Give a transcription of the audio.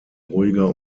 ruhiger